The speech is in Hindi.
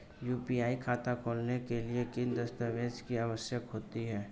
यू.पी.आई खाता खोलने के लिए किन दस्तावेज़ों की आवश्यकता होती है?